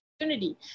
opportunity